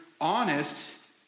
honest